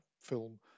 film